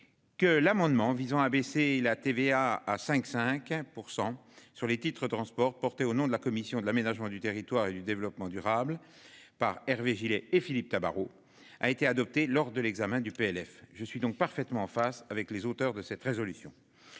Que l'amendement visant à baisser la TVA à 5 5 % sur les titres de transport porter au nom de la commission de l'aménagement du territoire et du développement durable par Hervé Gillet et Philippe Tabarot a été adopté lors de l'examen du PLF je suis donc parfaitement face avec les auteurs de cette résolution.